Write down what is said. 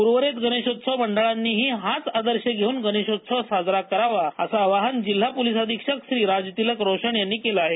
उर्वरित गणेशोत्सव मंडळांनी हाच आदर्श घेऊन गणेशोत्सव साजरा करावा असं आवाहन जिल्हा पोलीस अधीक्षक श्री राजतिलक रोशन यांनी केलं आहे